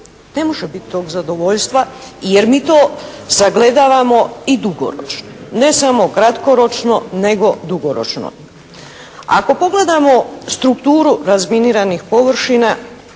Ne može bit tog zadovoljstva, jer mi to sagledavamo i dugoročno. Ne samo kratkoročno, nego dugoročno. Ako pogledamo strukturu razminiranih površina,